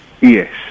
Yes